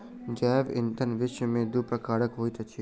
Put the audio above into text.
जैव ईंधन विश्व में दू प्रकारक होइत अछि